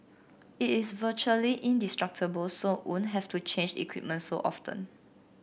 it is virtually indestructible so won't have to change equipment so often